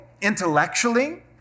intellectually